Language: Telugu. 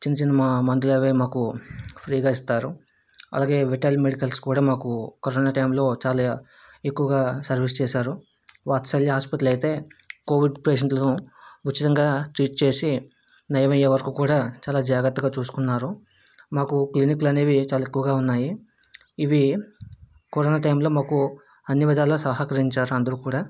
చిన్న చిన్న మా మందులు అవి మాకు ఫ్రీగా ఇస్తారు అలాగే విటల్ మెడికల్స్ కూడా మాకు కరోనా టైంలో చాలా ఎక్కువగా సర్వీస్ చేశారు వాత్సల్య హాస్పిటల్ అయితే కోవిడ్ పేషంట్లను ఉచితంగా ట్రీట్ చేసి నయమయ్యే వరకు కూడా చాలా జాగ్రత్తగా చూసుకున్నారు మాకు క్లినిక్లు అనేవి చాలా ఎక్కువగా ఉన్నాయి ఇవి కరోనా టైంలో మాకు అన్ని విధాలా సహకరించారు అందరు కూడా